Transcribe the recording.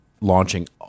launching